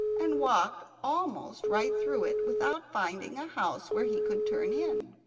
and walked almost right through it without finding a house where he could turn in.